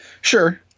Sure